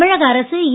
தமிழக அரசு இ